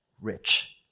rich